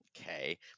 okay